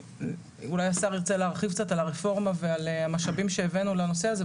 אולי השר ירצה להרחיב קצת על הרפורמה ועל המשאבים שהבאנו לנושא הזה,